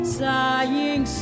sighing